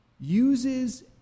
uses